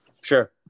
Sure